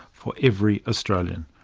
for every australian.